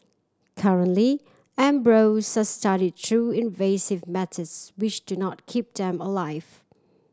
currently embryos are studied through invasive methods which do not keep them alive